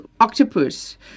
octopus